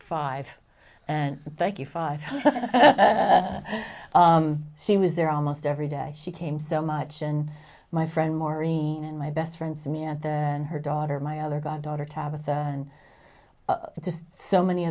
five and thank you five she was there almost every day she came so much and my friend maureen and my best friend samantha and her daughter my other god daughter tabitha and just so many